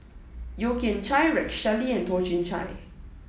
Yeo Kian Chai Rex Shelley and Toh Chin Chye